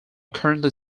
currently